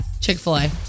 Chick-fil-A